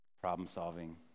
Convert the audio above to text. Problem-solving